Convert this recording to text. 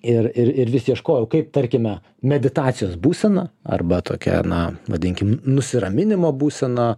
ir ir ir vis ieškojau kaip tarkime meditacijos būsena arba tokia na vadinkim nusiraminimo būsena